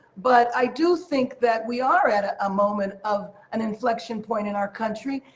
but i do think that we are at a ah moment of an inflection point in our country.